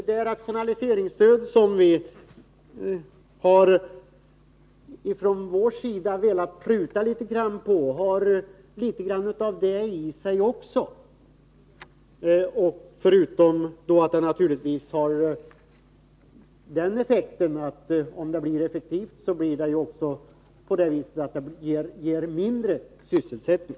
Det rationaliseringsstöd som vi från vår sida har velat pruta litet grand på har litet av den risken i sig också, förutom att ett sådant stöd naturligtvis har den effekten att om det blir effektivt ger det också mindre sysselsättning.